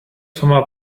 forma